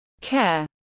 care